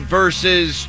versus